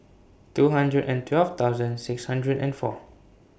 two hundred and twelve thousand six hundred and four